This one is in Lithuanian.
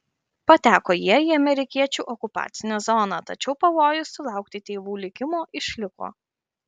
pateko jie į amerikiečių okupacinę zoną tačiau pavojus sulaukti tėvų likimo išliko